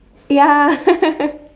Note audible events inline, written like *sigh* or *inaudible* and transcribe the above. ya *laughs*